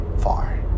far